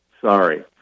Sorry